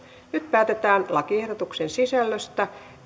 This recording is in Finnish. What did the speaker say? nyt päätetään lakiehdotusten sisällöstä